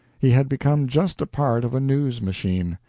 he had become just a part of a news machine.